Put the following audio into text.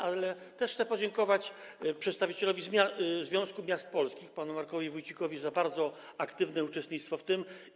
Ale też chcę podziękować przedstawicielowi Związku Miast Polskich, panu Markowi Wójcikowi, za bardzo aktywne uczestnictwo w tym.